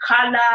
color